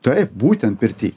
taip būtent pirty